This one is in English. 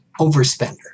overspender